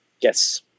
Yes